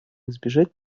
избежать